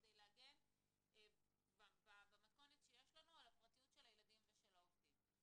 כדי להגן במתכונת שיש לנו על הפרטיות של הילדים ושל העובדים.